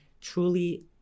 truly